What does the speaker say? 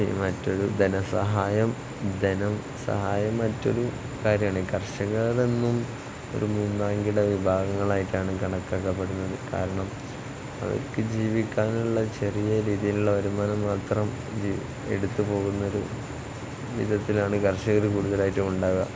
ഈ മറ്റൊരു ധനസഹായം ധനം സഹായം മറ്റൊരു കാര്യം ആണ് കർഷകർ എന്നും ഒരു മൂന്നാം കിട വിഭാഗങ്ങളായിട്ടാണ് കണക്കാക്കപ്പെടുന്നത് കാരണം അവർക്ക് ജീവിക്കാനുള്ള ചെറിയ രീതിയിലുള്ള വരുമാനം മാത്രം ജീ എടുത്ത് പോകുന്ന ഒരു വിധത്തിലാണ് കർഷകർ കൂടുതലായിട്ടും ഉണ്ടാകുക